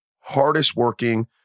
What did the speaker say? hardest-working